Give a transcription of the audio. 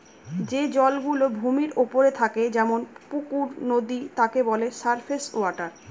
যে জল গুলো ভূমির ওপরে থাকে যেমন পুকুর, নদী তাকে বলে সারফেস ওয়াটার